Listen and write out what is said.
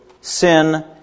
sin